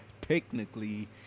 Technically